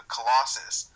Colossus